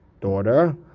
daughter